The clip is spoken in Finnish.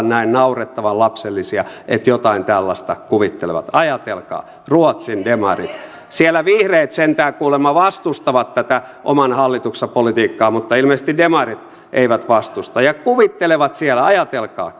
näin naurettavan lapsellisia että jotain tällaista kuvittelevat ajatelkaa ruotsin demarit siellä vihreät sentään kuulemma vastustavat tätä oman hallituksensa politiikkaa mutta ilmeisesti demarit eivät vastusta ja kuvittelevat siellä ajatelkaa